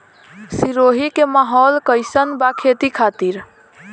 सिरोही के माहौल कईसन बा खेती खातिर?